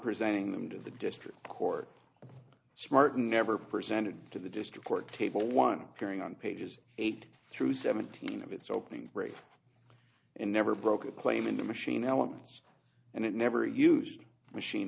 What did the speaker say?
presenting them to the district court smartened never presented to the district court table one carrying on pages eight through seventeen of its opening and never broke a claim in the machine elements and it never used machine